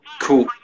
Cool